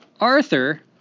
Arthur –